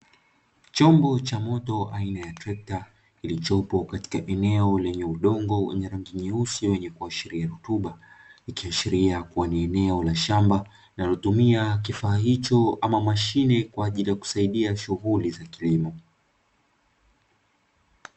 Chombo cha moto aina ya trekta, kilichopo katika eneo lenye udongo wenye rangi nyeusi wenye kuashiria rutuba, ikiashiria kuwa ni eneo la shamba linalotumia kifaa hicho ama mashine kwa ajili ya kusaidia shughuli za kilimo.